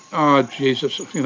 ah jesus, you know